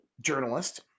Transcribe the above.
journalist